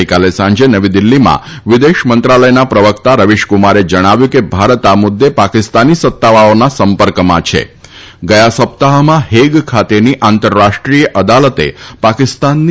ગઈકાલે સાંજે નવી દિલ્હીમાં વિદેશ મંત્રાલયના પ્રવક્તા રવિશકુમારે જણાવ્યું હતું કે ભારત આ મુદ્દે પાકિસ્તાની સત્તાવાળાઓના સંપર્કમાં છેગયા સપ્તાહમાં હેગ ખાતેની આંતરરાષ્ટ્રીય અદાલતે પાકિસ્તાનની